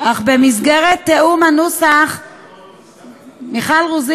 אך במסגרת תיאום הנוסח, נאוה,